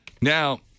Now